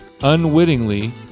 unwittingly